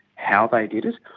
how they did it,